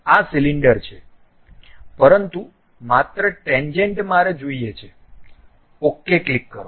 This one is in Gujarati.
આ સિલિન્ડર છે પરંતુ માત્ર ટેન્જેન્ટ મારે જોઈએ છે OK ક્લિક કરો